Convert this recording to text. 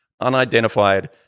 unidentified